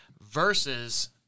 versus